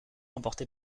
emportés